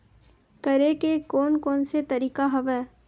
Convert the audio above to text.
करे के कोन कोन से तरीका हवय?